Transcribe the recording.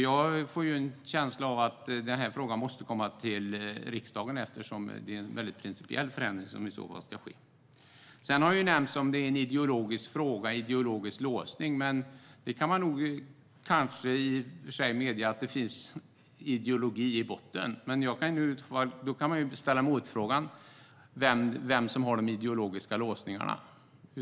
Jag får en känsla av att frågan måste komma till riksdagen, eftersom det är en mycket principiell förändring som i så fall ska ske. Det har sagts att det är en ideologisk fråga, en ideologisk låsning. Man kan i och för sig medge att det finns ideologi i botten. Men då kan man ställa motfrågan vem som har de ideologiska låsningarna.